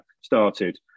started